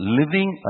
living